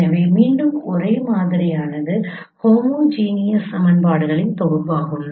எனவே மீண்டும் ஒரே மாதிரியானது ஹோமோஜீனியஸ் சமன்பாடுகளின் தொகுப்பாகும்